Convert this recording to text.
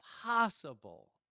possible